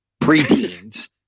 preteens